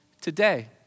today